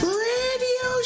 radio